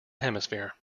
hemisphere